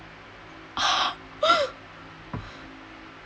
oh